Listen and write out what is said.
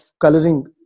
coloring